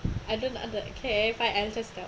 I don't uh care if I answers the